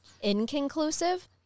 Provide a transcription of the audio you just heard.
inconclusive